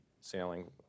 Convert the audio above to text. sailing